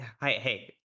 hey